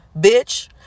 bitch